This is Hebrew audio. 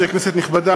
כנסת נכבדה,